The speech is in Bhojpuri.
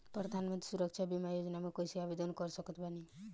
प्रधानमंत्री सुरक्षा बीमा योजना मे कैसे आवेदन कर सकत बानी?